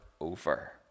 over